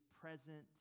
present